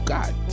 God